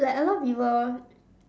like a lot of people